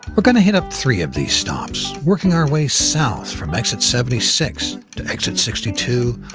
we're gonna hit up three of these stops, working our way south from exit seventy six, to exit sixty two,